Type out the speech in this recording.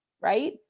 right